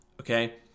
okay